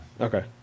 Okay